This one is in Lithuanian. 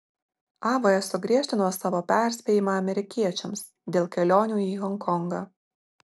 av sugriežtino savo perspėjimą amerikiečiams dėl kelionių į honkongą